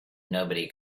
nobody